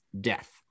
death